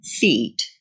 feet